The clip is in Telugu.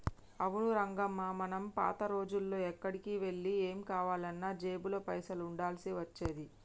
అవును రంగమ్మ మనం పాత రోజుల్లో ఎక్కడికి వెళ్లి ఏం కావాలన్నా జేబులో పైసలు ఉండాల్సి వచ్చేది